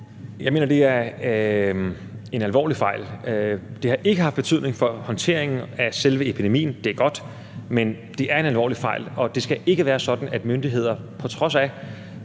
Jeg mener, det er en alvorlig fejl. Det har ikke haft betydning for håndteringen af selve epidemien – det er godt – men det er en alvorlig fejl, og det skal ikke være sådan, at myndigheder på trods af